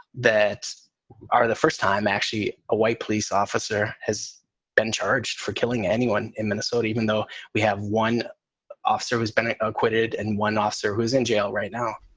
that are the first time actually a white police officer has been charged for killing anyone in minnesota, even though we have one officer who's been ah acquitted and one officer who is in jail right now